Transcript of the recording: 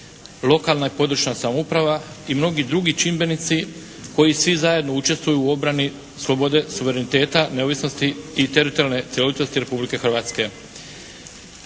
lokalna i područna samouprava i mnogi drugi čimbenici koji svi zajedno učestvuju u obrani slobode suvereniteta, neovisnosti i teritorijalne cjelovitosti Republike Hrvatske.